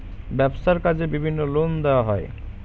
ব্যবসার কাজে বিভিন্ন লোন দেওয়া হয়